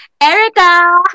Erica